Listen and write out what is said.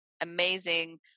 amazing